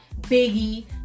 Biggie